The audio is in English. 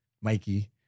Mikey